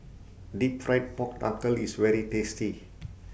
Deep Fried Pork Knuckle IS very tasty